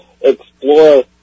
explore